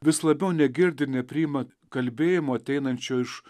vis labiau negirdi ir nepriima kalbėjimo ateinančio iš